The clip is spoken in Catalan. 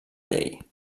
llei